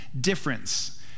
difference